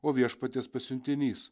o viešpaties pasiuntinys